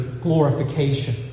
glorification